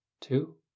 two